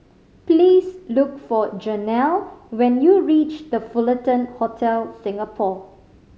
please look for Janelle when you reach The Fullerton Hotel Singapore